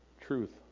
truth